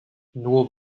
nur